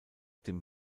dem